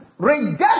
reject